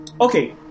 Okay